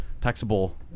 taxable